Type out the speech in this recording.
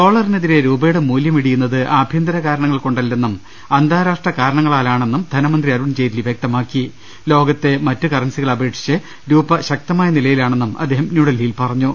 ഡോളറിനെതിരെ രൂപയുടെ മൂല്യം ഇടിയുന്നത് ആഭ്യന്തര കാര ണങ്ങൾ കൊണ്ടല്ലെന്നും അന്താരാഷ്ട്ര കാർണങ്ങളാലാണെന്നും ധനമന്ത്രി അരുൺ ജെയ്റ്റ്ലി വൃക്തമാക്കി ലോകത്തെ മറ്റു കറൻസി കളെ അപേക്ഷിച്ച് രൂപ ശക്തമായി നിലയിലാണെന്നും അദ്ദേഹം ന്യൂഡൽഹിയിൽ പറഞ്ഞു